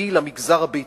היא למגזר הביתי,